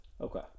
Okay